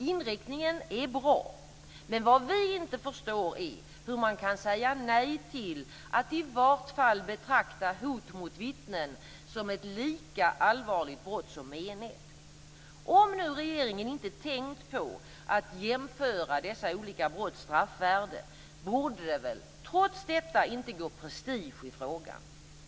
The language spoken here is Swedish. Inriktningen är bra, men vad vi inte förstår är hur man kan säga nej till att i vart fall betrakta hot mot vittnen som ett lika allvarligt brott som mened. Om nu regeringen inte tänkt på att jämföra dessa olika brotts straffvärde, borde det väl trots detta inte gå prestige i frågan.